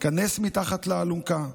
היכנס מתחת לאלונקה,